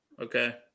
Okay